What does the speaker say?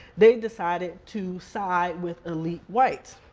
they decided to side with elite whites.